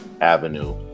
Avenue